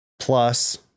Plus